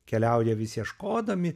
keliauja vis ieškodami